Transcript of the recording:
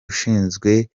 ushinzwe